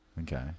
Okay